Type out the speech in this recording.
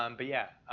um but yeah.